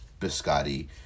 biscotti